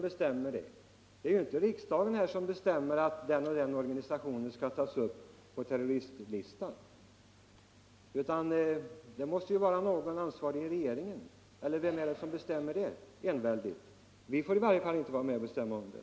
Det är ju inte riksdagen som beslutar att den och den organisationen skall tas upp på terroristlistan. Det måste vara någon i regeringen eller annan ansvarig som enväldigt avgör det. Vi får i varje fall inte vara med och bestämma om det.